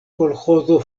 kolĥozo